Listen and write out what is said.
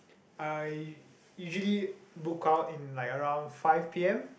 I usually book out in like around five p_m